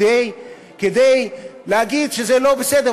כדי להגיד שזה לא בסדר.